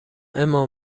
اما